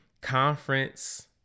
Conference